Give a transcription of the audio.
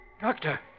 Doctor